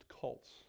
cults